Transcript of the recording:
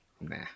Nah